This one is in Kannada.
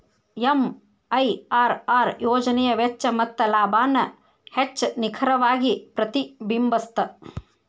ಎಂ.ಐ.ಆರ್.ಆರ್ ಯೋಜನೆಯ ವೆಚ್ಚ ಮತ್ತ ಲಾಭಾನ ಹೆಚ್ಚ್ ನಿಖರವಾಗಿ ಪ್ರತಿಬಿಂಬಸ್ತ